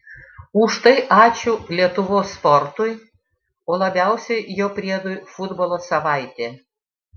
už tai ačiū lietuvos sportui o labiausiai jo priedui futbolo savaitė